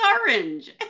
orange